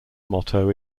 motto